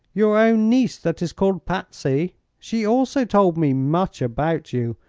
your own niece that is called patsy, she also told me much about you,